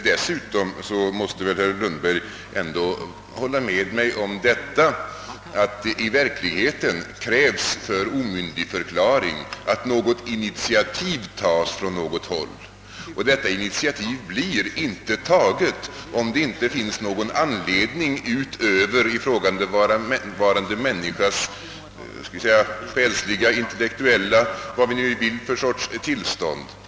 Dessutom måste väl herr Lundberg ändå hålla med mig om att det i verkligheten krävs för omyndighetsförklaring att något initiativ tas från något håll. Detta initiativ blir inte taget om det inte finns någon anledning utöver ifrågavarande människas själsliga, intellektuella — eller hur vi vill uttrycka det — tillstånd.